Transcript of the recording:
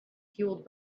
fueled